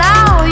Now